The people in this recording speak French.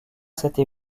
cette